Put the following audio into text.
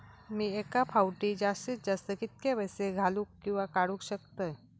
मी एका फाउटी जास्तीत जास्त कितके पैसे घालूक किवा काडूक शकतय?